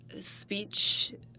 speech